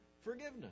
forgiveness